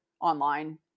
online